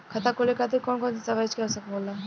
खाता खोले खातिर कौन कौन दस्तावेज के आवश्यक होला?